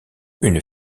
une